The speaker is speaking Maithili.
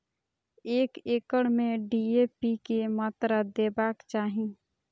एक एकड़ में डी.ए.पी के मात्रा देबाक चाही?